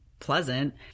pleasant